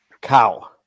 cow